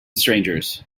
strangers